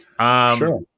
Sure